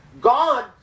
God